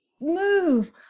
move